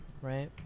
right